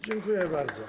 Dziękuję bardzo.